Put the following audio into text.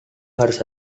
harus